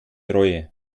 reue